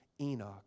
Enoch